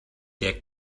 der